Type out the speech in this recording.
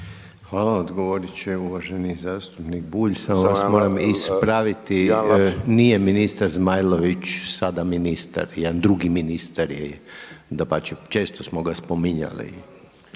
Hvala odgovoriti će uvaženi zastupnik Bulj, samo vas moram ispraviti, nije ministar Zmajlović sada ministar, jedan drugi ministar je, dapače često smo ga spominjali.